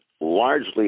largely